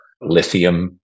lithium